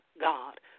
God